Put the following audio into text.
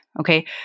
Okay